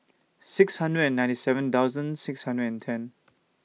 six hundred and ninety seven thousand six hundred and ten